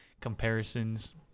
comparisons